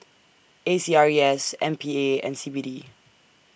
A C R E S M P A and C B D